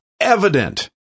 evident